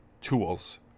tools